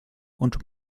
und